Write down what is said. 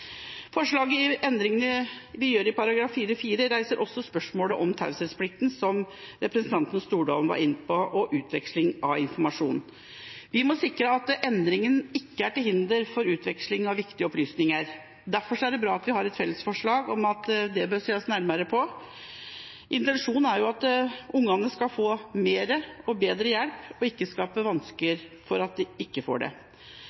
Forslaget til endring i § 4-4 reiser også et spørsmål om taushetsplikten, som representanten Stordalen var inne på, og utveksling av informasjon. Vi må sikre at endringen ikke er til hinder for utveksling av viktige opplysninger. Derfor er det bra at vi har et fellesforslag om at dette bør ses nærmere på. Intensjonen er jo at barna skal få mer og bedre hjelp, og vi må ikke skape vansker slik at de ikke får det.